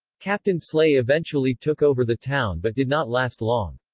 captain slay eventually took over the town but did not last long.